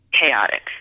chaotic